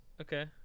Okay